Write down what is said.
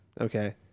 Okay